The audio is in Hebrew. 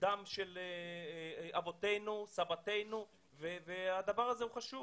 של אבותינו, סבינו וסבותינו והדבר הזה הוא חשוב.